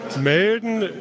melden